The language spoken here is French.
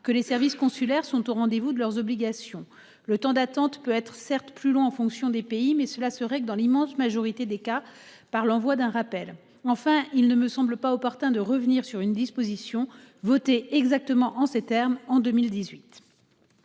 que les services consulaires sont au rendez-vous de leurs obligations. Le temps d'attente peut être certes plus long en fonction des pays, mais cela se règle dans l'immense majorité des cas par l'envoi d'un rappel enfin, il ne me semble pas opportun de revenir sur une disposition votée exactement en ces termes en 2018.